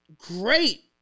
great